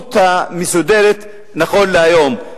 במציאות המסודרת נכון להיום.